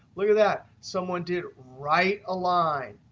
look at that. someone did right align.